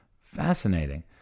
Fascinating